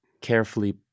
carefully